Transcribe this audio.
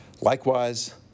Likewise